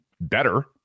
better